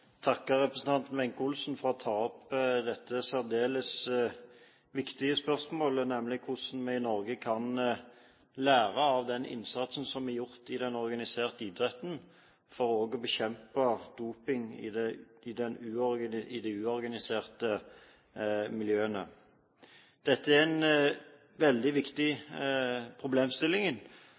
for å ta opp dette særdeles viktige spørsmålet, nemlig hvordan vi i Norge kan lære av den innsatsen som er gjort i den organiserte idretten for også å bekjempe doping i de uorganiserte miljøene. Dette er en veldig viktig